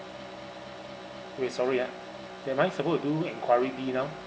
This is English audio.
okay sorry ah am I supposed to do enquiry B now